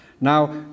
Now